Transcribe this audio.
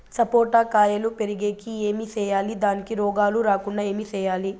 సపోట కాయలు పెరిగేకి ఏమి సేయాలి దానికి రోగాలు రాకుండా ఏమి సేయాలి?